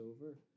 over